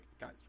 guys